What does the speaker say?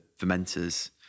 fermenters